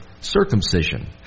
circumcision